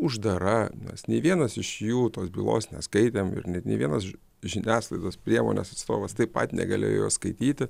uždara nes nei vienas iš jų tos bylos neskaitėm ir net nė vienas žiniasklaidos priemonės atstovas taip pat negalėjo jos skaityti